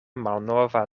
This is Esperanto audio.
malnova